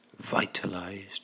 vitalized